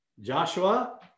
Joshua